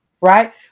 right